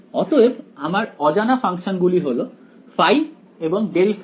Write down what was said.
অতএব আমার অজানা ফাংশন গুলি হল ϕ এবং ∇ϕ